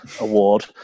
award